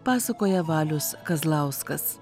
pasakoja valius kazlauskas